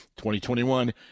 2021